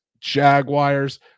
Jaguars